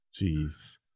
Jeez